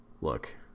look